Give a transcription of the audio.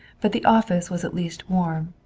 but the office was at least warm.